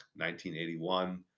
1981